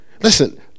listen